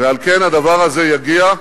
ועל כן הדבר הזה יגיע,